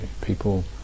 People